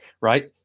right